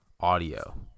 audio